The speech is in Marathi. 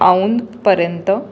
औंधपर्यंत